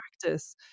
practice